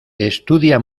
estudia